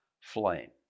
flame